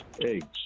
Eggs